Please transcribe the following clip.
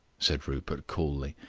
said rupert coolly.